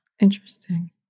Interesting